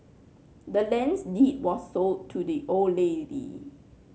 the land's deed was sold to the old lady